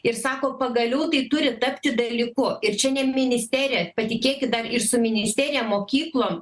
ir sako pagaliau tai turi tapti dalyku ir čia ministerija patikėkit dar ir su ministerija mokyklom